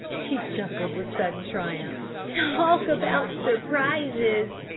she chuckled with sudden triumph. talk about surprises!